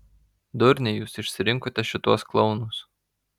durniai jūs išsirinkote šituos klounus